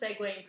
segueing